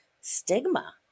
stigma